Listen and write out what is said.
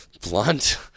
Blunt